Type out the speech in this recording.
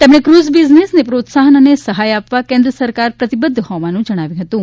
તેમણે ક્રઝ બિઝનેસને પ્રીત્સાહન અને સહાય આપવા કેન્દ્ર સરકાર પ્રતિબધ્ધ હોવાનું જણાવ્યું હતું